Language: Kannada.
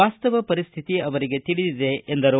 ವಾಸ್ತವ ಪರಿಸ್ಥಿತಿ ಅವರಿಗೆ ತಿಳಿದಿದೆ ಎಂದರು